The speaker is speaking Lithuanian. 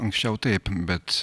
anksčiau taip bet